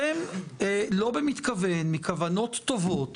אתם, לא במתכוון, מכוונות טובות,